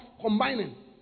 combining